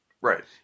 Right